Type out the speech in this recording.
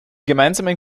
gemeinsamen